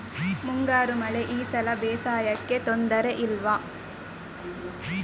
ಮುಂಗಾರು ಮಳೆ ಈ ಸಲ ಬೇಸಾಯಕ್ಕೆ ತೊಂದರೆ ಇಲ್ವ?